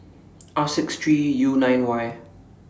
R six three U nine Y